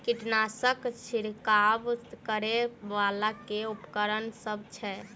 कीटनासक छिरकाब करै वला केँ उपकरण सब छै?